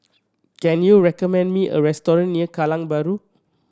can you recommend me a restaurant near Kallang Bahru